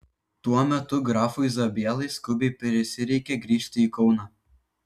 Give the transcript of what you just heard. tuo metu grafui zabielai skubiai prisireikė grįžti į kauną